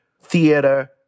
theater